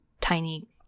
tiny